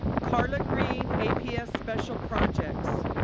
carla green, aps special projects.